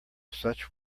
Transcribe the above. such